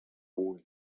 all